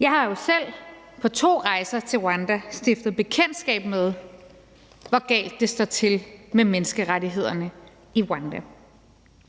Jeg har jo selv på to rejser til Rwanda stiftet bekendtskab med, hvor galt det står til med menneskerettighederne i Rwanda.